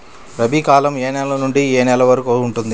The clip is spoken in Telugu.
రబీ కాలం ఏ నెల నుండి ఏ నెల వరకు ఉంటుంది?